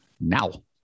now